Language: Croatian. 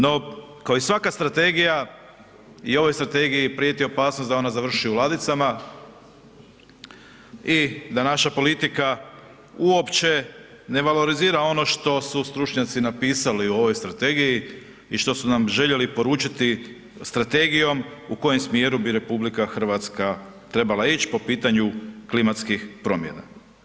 No kao i svaka Strategija, i ovoj Strategiji prijeti opasnost da ona završi u ladicama i da naša politika uopće ne valorizira ono što su stručnjaci napisali u ovoj Strategiji i što su nam željeli poručiti Strategijom u kojem smjeru bi Republika Hrvatska trebala ić' po pitanju klimatskih promjena.